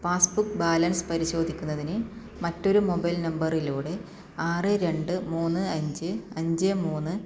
passbook balance പരിശോധിക്കുന്നതിന് മറ്റൊരു mobile നമ്പറിലൂടെ ആറ് രണ്ട് മൂന്ന് അഞ്ച് അഞ്ച് മൂന്ന്